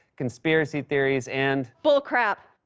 conspiracy theories, and. bullcrap.